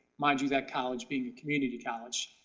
mind you that college being a community college.